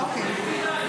--- אוקיי.